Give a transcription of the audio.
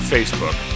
Facebook